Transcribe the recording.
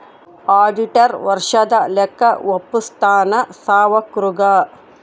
auditor ವರ್ಷದ ಲೆಕ್ಕ ವಪ್ಪುಸ್ತಾನ ಸಾವ್ಕರುಗಾ